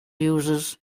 users